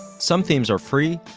some themes are free,